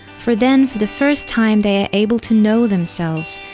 for then for the first time they are able to know themselves,